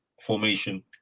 formation